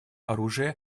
оружия